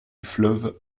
fleuve